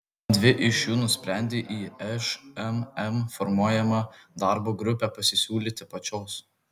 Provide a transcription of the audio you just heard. dvi iš jų nusprendė į šmm formuojamą darbo grupę pasisiūlyti pačios